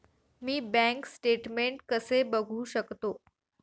मी bank statement कसे बघू शकतो?